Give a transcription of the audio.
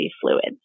fluids